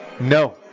No